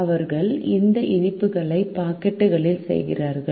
அவர்கள் இந்த இனிப்புகளை பாக்கெட்டுகளில் செய்கிறார்கள்